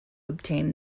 obtain